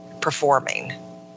performing